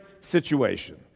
situation